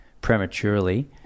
prematurely